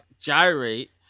gyrate